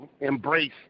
embrace